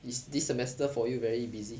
is this semester for you very busy